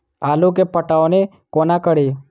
आलु केँ पटौनी कोना कड़ी?